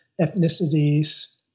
ethnicities